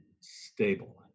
stable